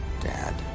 Dad